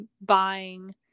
buying